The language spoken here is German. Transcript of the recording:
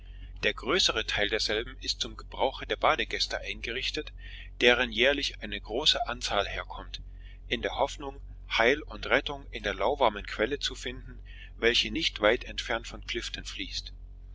der größere teil derselben ist zum gebrauche der badegäste eingerichtet deren jährlich eine große anzahl herkommt in der hoffnung heil und rettung in der lauwarmen quelle zu finden welche nicht weit entfernt von clifton fließt